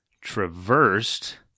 traversed